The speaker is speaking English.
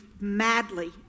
madly